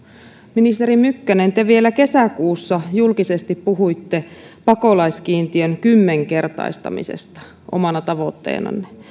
ministeri mykkänen te vielä kesäkuussa julkisesti puhuitte pakolaiskiintiön kymmenkertaistamisesta omana tavoitteenanne